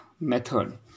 method